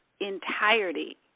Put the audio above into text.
entirety